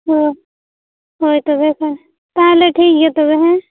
ᱦᱮᱸ ᱦᱳᱭ ᱛᱚᱵᱮ ᱠᱷᱟᱱ ᱛᱟᱦᱚᱞᱮ ᱴᱷᱤᱠ ᱜᱮᱭᱟ ᱛᱚᱵᱮ ᱦᱮᱸ